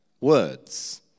words